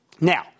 Now